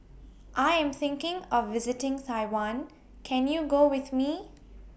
I Am thinking of visiting Taiwan Can YOU Go with Me